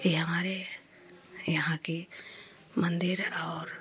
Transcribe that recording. यह हमारे यहाँ के मंदिर और